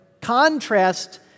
contrast